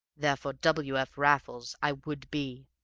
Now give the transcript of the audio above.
therefore, w. f. raffles i would be,